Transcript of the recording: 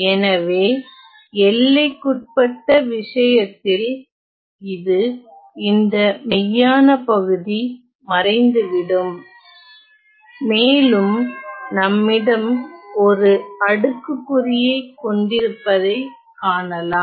எனவே எல்லைக்குட்பட்ட விஷயத்தில் இது இந்த மெய்யான பகுதி மறைந்துவிடும் மேலும் நம்மிடம் ஒரு அடுக்குக்குறியைக் கொண்டிருப்பதைக் காணலாம்